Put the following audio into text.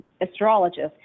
astrologist